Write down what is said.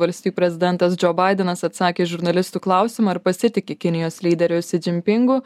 valstijų prezidentas džo baidenas atsakė į žurnalistų klausimą ar pasitiki kinijos lyderiu si džim pingu